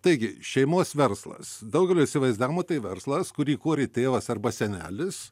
taigi šeimos verslas daugelio įsivaizdavimu tai verslas kurį įkurė tėvas arba senelis